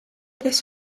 this